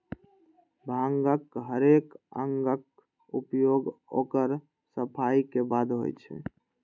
भांगक हरेक अंगक उपयोग ओकर सफाइ के बादे होइ छै